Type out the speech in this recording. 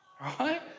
Right